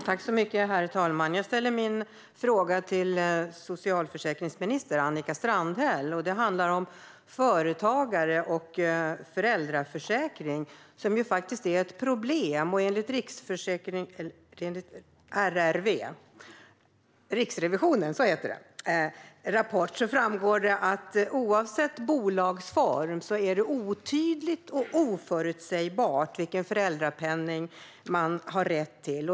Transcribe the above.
Herr talman! Jag ställer min fråga till socialförsäkringsminister Annika Strandhäll. Det handlar om företagare och föräldraförsäkring, vilket faktiskt är ett problem. I Riksrevisionens rapport framgår att det oavsett bolagsform är otydligt och oförutsägbart vilken föräldrapenning man har rätt till.